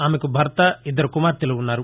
ఆమెకు భర్త ఇద్దరు కుమార్తెలు వున్నారు